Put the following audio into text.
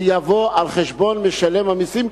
זה יבוא על חשבון משלם המסים,